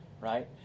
right